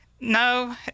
No